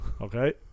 Okay